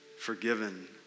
forgiven